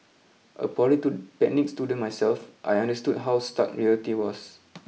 a polytechnic student myself I understood how stark reality was